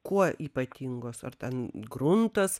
kuo ypatingos ar ten gruntas